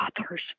authors